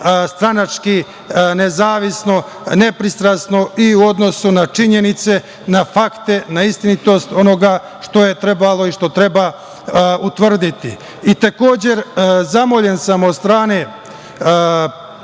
stranački nezavisno, nepristrasno i u odnosu na činjenice, na fakte, na istinitost onoga što je trebalo i što treba utvrditi. Zamoljen sam od strane